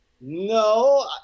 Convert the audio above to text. No